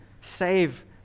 save